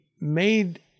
made